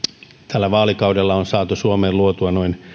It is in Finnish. tällä vaalikaudella on saatu suomeen luotua noin